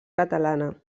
catalana